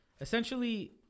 Essentially